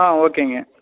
ஆ ஓகேங்க